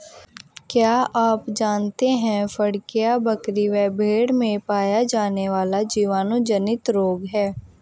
क्या आप जानते है फड़कियां, बकरी व भेड़ में पाया जाने वाला जीवाणु जनित रोग है?